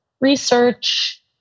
research